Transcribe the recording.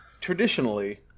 traditionally